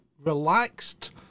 relaxed